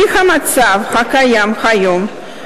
במצב הקיים היום,